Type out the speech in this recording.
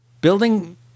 building